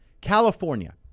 California